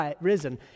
risen